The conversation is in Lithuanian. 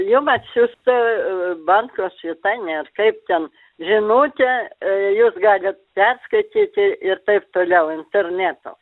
jum atsiųsta banko svetainėj ar kaip ten žinutė jūs galit perskaityti ir taip toliau interneto